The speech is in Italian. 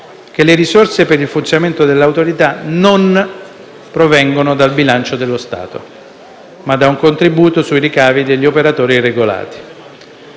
che le risorse per il funzionamento dell'Autorità non provengono dal bilancio dello Stato, ma da un contributo sui ricavi degli operatori regolati.